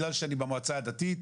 בגלל שאני במועצה הדתית,